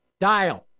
dial